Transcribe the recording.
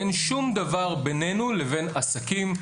אין שום דבר ביננו לבין עסקים.